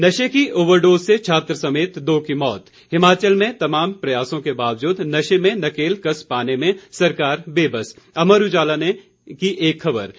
नशे की over dose से छात्र समेत दो की मौत हिमाचल में तमाम प्रयासों के वावजूद नशे में नकेल कस पाने में सरकार बेबस अमर उजाला ने ख़बर दी